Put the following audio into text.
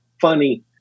funny